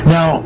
Now